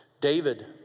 David